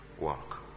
walk